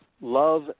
love